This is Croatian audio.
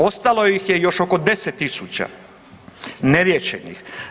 Ostalo ih je još oko 10 000 neriješenih.